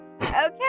okay